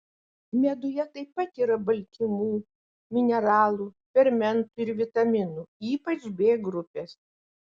meduje taip pat yra baltymų mineralų fermentų ir vitaminų ypač b grupės